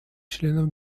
членов